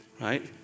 Right